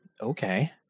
Okay